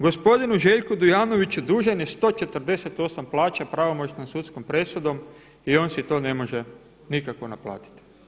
Gospodinu Željku Dujanoviću dužan je 148 plaća, pravomoćnom sudskom presudom i on si to ne može nikako naplatiti.